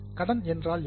கடன் என்றால் என்ன